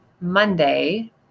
Monday